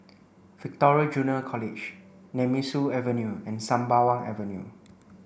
Victoria Junior College Nemesu Avenue and Sembawang Avenue